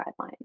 guidelines